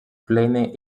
plene